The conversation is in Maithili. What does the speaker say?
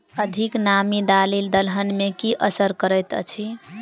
अधिक नामी दालि दलहन मे की असर करैत अछि?